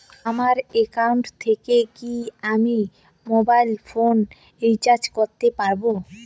আমার একাউন্ট থেকে কি আমি মোবাইল ফোন রিসার্চ করতে পারবো?